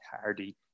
Hardy